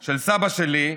של סבא שלי,